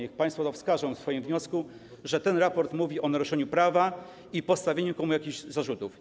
Niech państwo wskażą w swoim wniosku, że ten raport mówi o naruszeniu prawa i postawieniu komuś jakichś zarzutów.